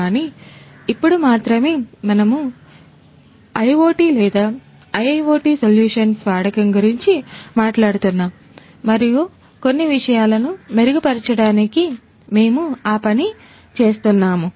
కానీ ఇప్పుడు మాత్రమే మనము ను IoT లేదా IIoT సొల్యూషన్స్ వాడకం గురించి మాట్లాడుతున్నాము మరియు కొన్ని విషయాలను మెరుగుపరచడానికి మేము ఆ పని చేస్తున్నాము